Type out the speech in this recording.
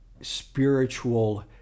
spiritual